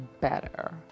better